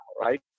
right